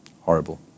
horrible